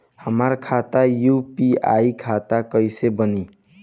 हमार खाता यू.पी.आई खाता कइसे बनी?